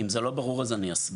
זה לא ברור אני אסביר.